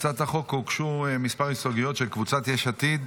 להצעת החוק הוגשו מספר הסתייגויות של קבוצת יש עתיד.